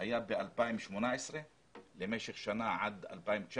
היה ב-2018 למשך שנה עד 2019,